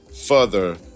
further